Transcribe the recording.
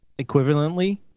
equivalently